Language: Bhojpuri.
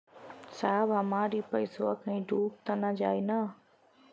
साहब हमार इ पइसवा कहि डूब त ना जाई न?